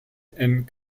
and